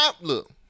Look